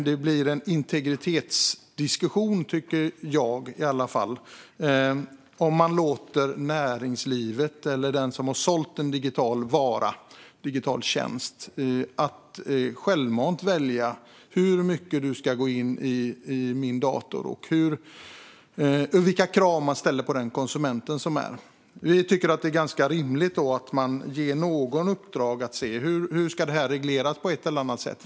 Det blir en integritetsdiskussion, tycker i varje fall jag, om man låter näringslivet, eller den som har sålt en digital vara eller tjänst, självmant välja hur mycket du ska gå in i min dator och vilka krav man ställer på konsumenten. Vi tycker att det är ganska rimligt att man ger någon uppdraget att se på hur det ska regleras på ett eller annat sätt.